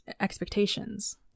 expectations